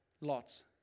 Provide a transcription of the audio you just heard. Lots